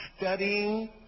studying